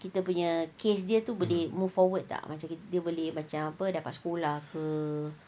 kita punya kes tu dia boleh move forward tak macam kita boleh apa dapat sekolah ke